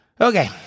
Okay